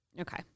Okay